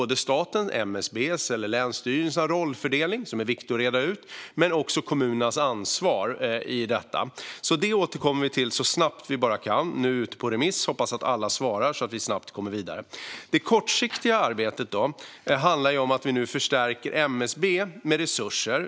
Det gäller rollfördelningen mellan staten, MSB och länsstyrelserna, som är viktig att reda ut, men också kommunernas ansvar i detta. Det återkommer vi alltså till så snabbt vi bara kan. Det är ute på remiss nu, och jag hoppas att alla svarar så att vi snabbt kommer vidare. Det kortsiktiga arbetet handlar om att vi nu förstärker MSB med resurser.